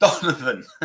Donovan